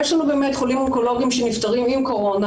יש לנו באמת חולים אונקולוגיים שנפטרים עם קורונה,